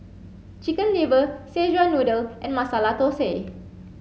chicken liver Szechuan noodle and Masala Thosai